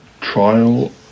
Trial